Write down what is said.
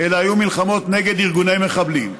אלא היו מלחמות נגד ארגוני מחבלים.